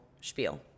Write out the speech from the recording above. spiel